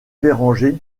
béranger